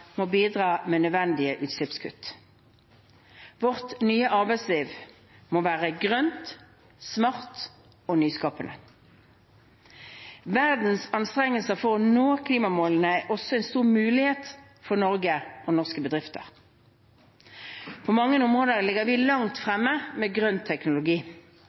må bidra med nødvendige utslippskutt. Vårt nye arbeidsliv må være grønt, smart og nyskapende. Verdens anstrengelser for å nå klimamålene er også en stor mulighet for Norge og norske bedrifter. På mange områder ligger vi langt fremme med grønn teknologi.